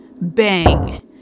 Bang